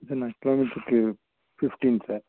எத்தனை கிலோ மீட்ருக்கு fifteen sir